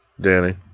Danny